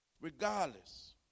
Regardless